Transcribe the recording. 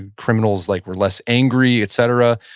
and criminals like were less angry, et cetera.